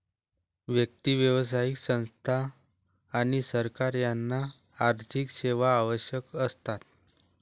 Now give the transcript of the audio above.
व्यक्ती, व्यावसायिक संस्था आणि सरकार यांना आर्थिक सेवा आवश्यक असतात